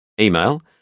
Email